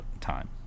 time